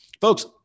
Folks